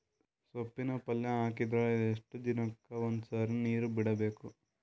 ಸೊಪ್ಪಿನ ಪಲ್ಯ ಹಾಕಿದರ ಎಷ್ಟು ದಿನಕ್ಕ ಒಂದ್ಸರಿ ನೀರು ಬಿಡಬೇಕು?